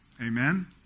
Amen